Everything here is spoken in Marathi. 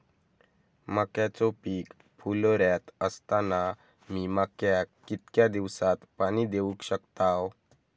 मक्याचो पीक फुलोऱ्यात असताना मी मक्याक कितक्या दिवसात पाणी देऊक शकताव?